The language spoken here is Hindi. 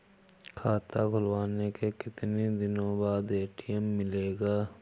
खाता खुलवाने के कितनी दिनो बाद ए.टी.एम मिलेगा?